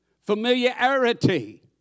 familiarity